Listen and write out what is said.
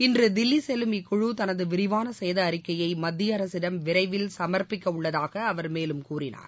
இன்று தில்லி செல்லும் இக்குழு தனது விரிவான சேத அறிக்கையை மத்திய அரசிடம் விரைவில் சமர்ப்பிக்கவுள்ளதாக அவர் மேலும் கூறினார்